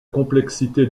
complexité